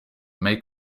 may